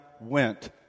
went